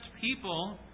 people